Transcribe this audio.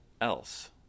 else